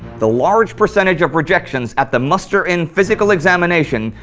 the large percentage of rejections at the muster-in physical examination.